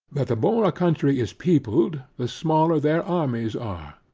that the more a country is peopled, the smaller their armies are.